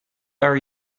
are